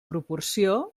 proporció